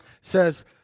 says